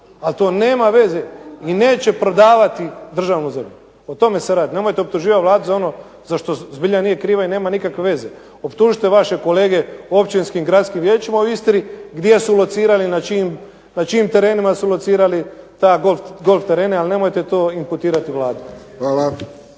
a to nema veze i neće prodavati državnu zemlju. O tome se radi. Nemojte optuživati Vladu za ono za što zbilja nije kriva i nema nikakve veze. Optužite vaše kolege u općinskim i gradskim vijećima u Istri gdje su locirali na čijim, na čijim terenima su locirali ta golf terene, ali nemojte to imputirati Vladi.